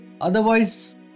Otherwise